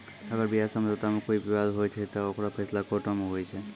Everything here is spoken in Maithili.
अगर ब्याज समझौता मे कोई बिबाद होय छै ते ओकरो फैसला कोटो मे हुवै छै